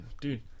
Dude